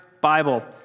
Bible